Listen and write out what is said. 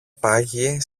πάγει